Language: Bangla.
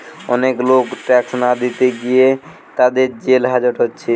অনেক লোক ট্যাক্স না দিতে গিয়ে তাদের জেল হাজত হচ্ছে